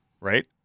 Right